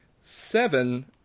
seven